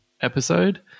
episode